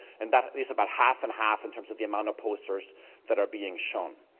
and that is about half and half in terms of the amount of posters that are being shown.